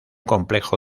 complejo